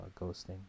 ghosting